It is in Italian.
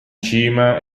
cima